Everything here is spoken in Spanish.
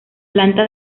planta